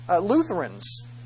Lutherans